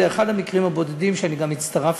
זה אחד המקרים הבודדים שאני גם הצטרפתי